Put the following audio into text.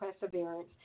perseverance